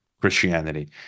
Christianity